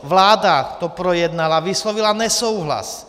Vláda to projednala, vyslovila nesouhlas.